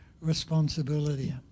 responsibility